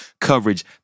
coverage